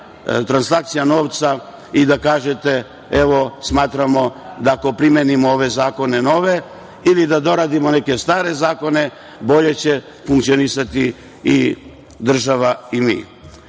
transakcija novca i da kažete – smatramo da ako primenimo ove zakone nove ili da doradimo neke stare zakone bolje će funkcionisati država i